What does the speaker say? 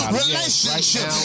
relationship